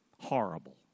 Horrible